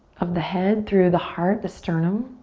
of the head, through the heart, the sternum.